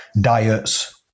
diets